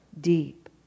deep